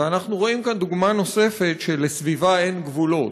ואנחנו רואים כאן דוגמה נוספת שלסביבה אין גבולות: